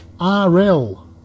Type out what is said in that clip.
RL